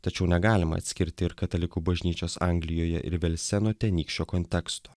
tačiau negalima atskirti ir katalikų bažnyčios anglijoje ir velse nuo tenykščio konteksto